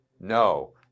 No